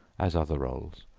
as other rolls,